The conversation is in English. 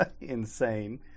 insane